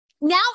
Now